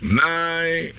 nine